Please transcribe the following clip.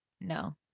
no